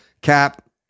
cap